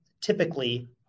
typically